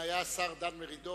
כל המוסיף גורע.